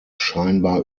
scheinbar